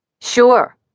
Sure